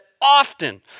often